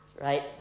right